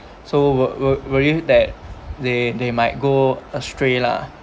so wo~ wo~ worry that they they might go astray lah